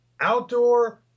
Outdoor